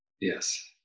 Yes